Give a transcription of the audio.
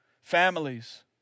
Families